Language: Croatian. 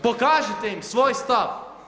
Pokažite im svoj stav.